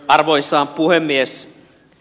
arvoisa puhemies